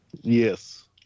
Yes